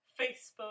Facebook